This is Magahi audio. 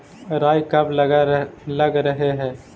राई कब लग रहे है?